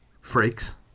freaks